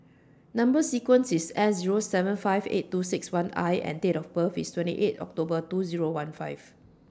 Number sequence IS S Zero seven five eight two six one I and Date of birth IS twenty eight October two Zero one five